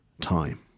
time